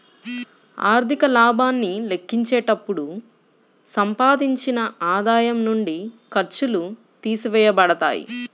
ఆర్థిక లాభాన్ని లెక్కించేటప్పుడు సంపాదించిన ఆదాయం నుండి ఖర్చులు తీసివేయబడతాయి